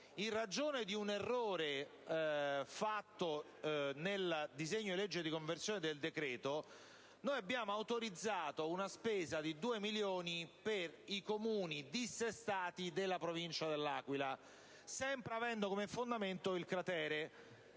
in ragione di un errore fatto nel disegno di legge di conversione del decreto, noi abbiamo autorizzato una spesa di due milioni per i Comuni dissestati della Provincia dell'Aquila, sempre avendo come riferimento il cratere.